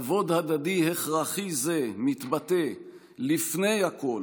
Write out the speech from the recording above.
כבוד הדדי הכרחי זה מתבטא לפני הכול